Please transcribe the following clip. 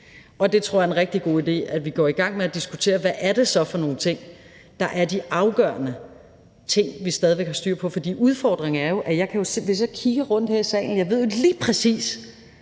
det er en rigtig god idé, at vi går i gang med at diskutere, hvad det så er for nogle ting, det er afgørende stadig væk at have styr på. For udfordringen er jo, at hvis jeg kigger rundt her i salen, så ved jeg lige præcis,